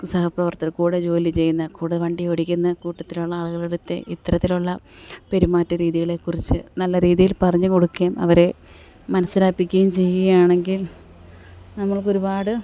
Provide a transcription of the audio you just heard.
സഹപ്രവർത്തകർ കൂടെ ജോലി ചെയ്യുന്ന കൂടെ വണ്ടി ഓടിക്കുന്ന കൂട്ടത്തിലുള്ള ആളുകളെടുത്ത് ഇത്തരത്തിലുള്ള പെരുമാറ്റ രീതികളെ കുറിച്ച് നല്ല രീതിയിൽ പറഞ്ഞു കൊടുക്കേം അവരെ മനസിലാപ്പിക്കേം ചെയ്യുകയാണെങ്കിൽ നമ്മൾക്കൊരുപാട്